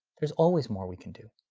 there's always more we can do.